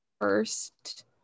first